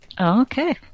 Okay